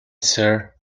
sir